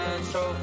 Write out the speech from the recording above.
control